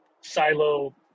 silo